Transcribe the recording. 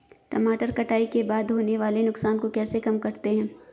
टमाटर कटाई के बाद होने वाले नुकसान को कैसे कम करते हैं?